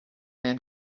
man